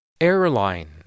Airline